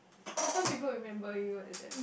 confirm people remember you at that